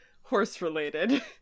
horse-related